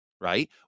right